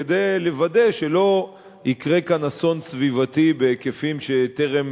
כדי לוודא שלא יקרה כאן אסון סביבתי בהיקפים שטרם